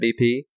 BP